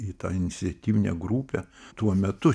į tą iniciatyvinę grupę tuo metu